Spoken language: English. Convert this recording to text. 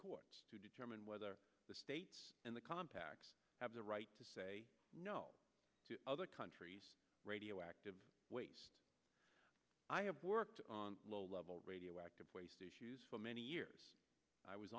courts to determine whether the states and the compact have the right to say no to other countries radioactive waste i have worked on low level radioactive waste issues for many years i was